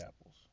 apples